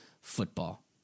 football